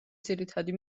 ძირითადი